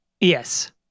Yes